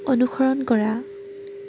অনুসৰণ কৰা